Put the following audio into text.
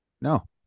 No